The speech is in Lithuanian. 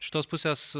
iš tos pusės